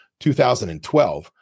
2012